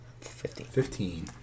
Fifteen